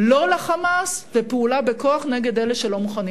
לא ל"חמאס" ופעולה בכוח נגד אלה שלא מוכנים